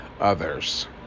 others